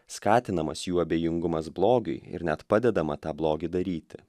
skatinamas jų abejingumas blogiui ir net padedama tą blogį daryti